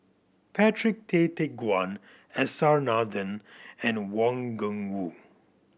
Patrick Tay Teck Guan S R Nathan and Wang Gungwu